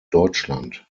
deutschland